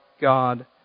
God